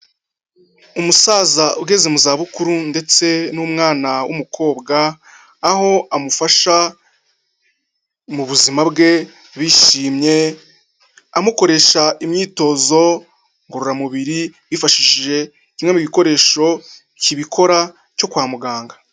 Umusaza ugeze mu zabukuru ndetse n'umwana w'umukobwa aho amufasha mu buzima bwe bishimye, amukoresha imyitozo ngororamubiri yifashishije kimwe mu bikoresho kibikora cyo kwa muganga.